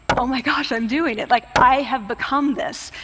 oh my gosh, i'm doing it. like, i have become this.